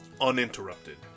Uninterrupted